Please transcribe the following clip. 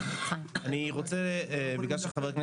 התשובה היא קודם כל,